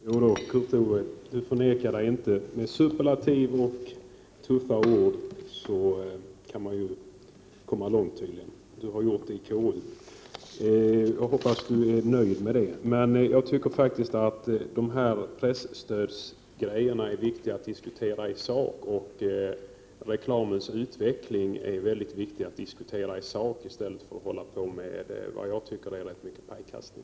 Herr talman! Kurt Ove Johansson förnekar sig inte. Med superlativer och tuffa ord kan man tydligen komma långt. Kurt Ove Johansson har gjort det i KU, och jag hoppas att han är nöjd med det. Men jag tycker faktiskt att det är viktigt att i sak diskutera de här presstödsfrågorna och reklamens utveckling i stället för att hålla på med vad jag tycker är rätt mycket av pajkastning.